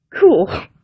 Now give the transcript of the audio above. Cool